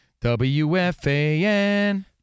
WFAN